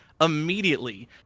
immediately